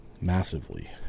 massively